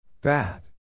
Bad